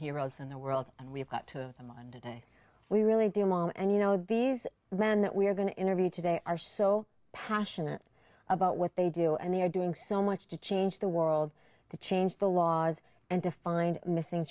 heroes in the world and we've got to come on today we really do want and you know these men that we're going to interview today are so passionate about what they do and they are doing so much to change the world to change the laws and to find missing